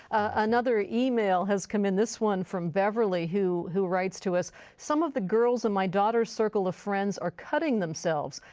another email has come in. this one from beverly who who writes to us some of the girls in my daughter's circle of friends are cutting themselves.